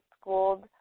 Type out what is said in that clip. schooled